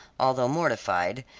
although mortified,